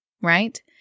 Right